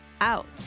out